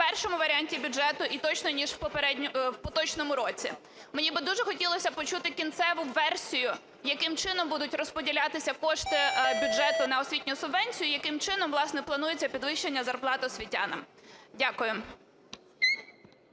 першому варіанті бюджету і точно, ніж в поточному році. Мені би дуже хотілося почути кінцеву версію, яким чином будуть розподілятися кошти бюджету на освітню субвенцію, яким чином, власне, планується підвищення зарплат освітянам. Дякую.